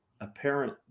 apparent